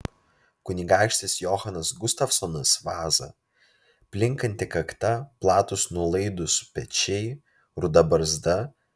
kunigaikštis johanas gustavsonas vaza plinkanti kakta platūs nuolaidūs pečiai ruda barzda